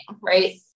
Right